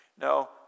No